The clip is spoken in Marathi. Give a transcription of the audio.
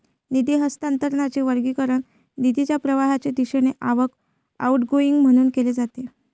निधी हस्तांतरणाचे वर्गीकरण निधीच्या प्रवाहाच्या दिशेने आवक, आउटगोइंग म्हणून केले जाते